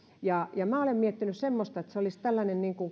minä olen miettinyt semmoista että se olisi tällainen